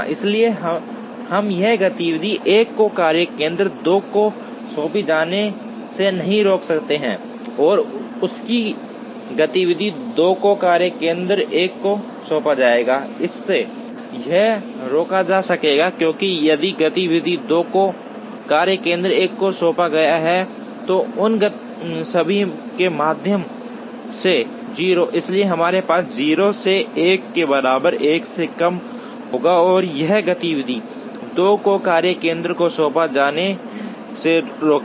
इसलिए हम यह गतिविधि 1 को कार्य केंद्र 2 को सौंपे जाने से नहीं रोक सकते हैं और इसकी गतिविधि 2 को कार्य केंद्र 1 को सौंपा जाएगा इससे यह रोका जा सकेगा क्योंकि यदि गतिविधि 2 को कार्य केंद्र 1 को सौंपा गया है तो इन सभी के माध्यम से 0 इसलिए हमारे पास 0 से 1 के बराबर 1 कम होगा और यह गतिविधि 2 को कार्य केंद्र को सौंपा जाने से रोकेगा